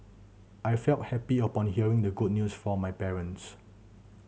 I felt happy upon hearing the good news from my parents